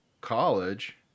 college